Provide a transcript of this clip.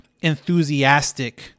enthusiastic